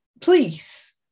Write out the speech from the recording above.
please